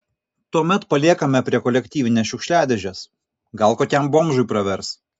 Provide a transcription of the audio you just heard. tuomet paliekame prie kolektyvinės šiukšliadėžės gal kokiam bomžui pravers